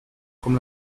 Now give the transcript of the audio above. com